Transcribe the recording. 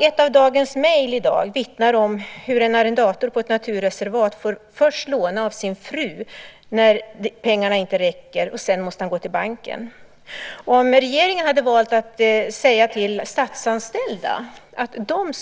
Ett av dagens mejl vittnar om hur en arrendator på ett naturreservat först får låna av sin fru när pengarna inte räcker, och sedan måste han gå till banken. Om regeringen hade valt att säga till de statsanställda att de